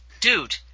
dude